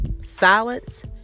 silence